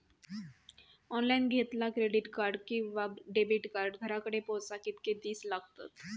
Online घेतला credit card किंवा debit card घराकडे पोचाक कितके दिस लागतत?